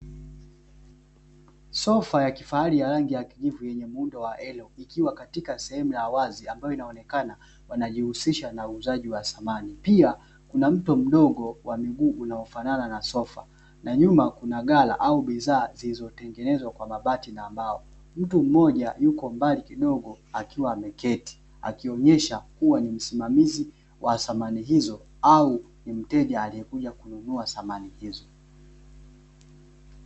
Sofa ya kifahari ya rangi ya kijivu yenye muundo wa L,Nlikiwa katika sehemu ya wazi ambao inaonekana wanajiusisha na uuzaji wa samani. Pia kuna mto mdogo wa mguu unaofanana na sofa na nyuma kuna ghala au bidhaa zilizotengenezwa kwa mabati na mbao. Mtu Mmoja yuko mbali kidogo akiwa ameketi, akionyesha kuwa ni msimamizi wa samani hizo au ni mteja aliyekuja kununua samani hizo.